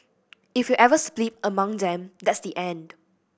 if we ever split along them that's the end